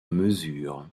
mesure